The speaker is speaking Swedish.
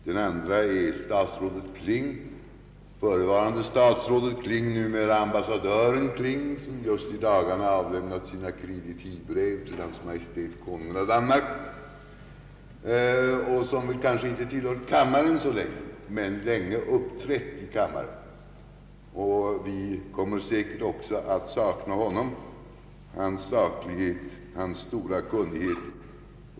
Den andre är statsrådet Kling — förutvarande statsrådet Kling, numera ambassadören Kling, som just i dagarna avlämnat sina kreditivbrev till Hans Maj:t Konungen av Danmark och som väl kanske inte tillhört kammaren så länge men länge uppträtt i kammaren. Vi kommer säkert också att sakna honom, hans saklighet och hans stora kunnighet.